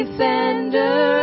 Defender